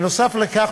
נוסף על כך,